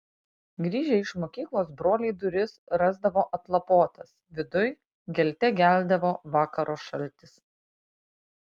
grįžę iš mokyklos broliai duris rasdavo atlapotas viduj gelte geldavo vakaro šaltis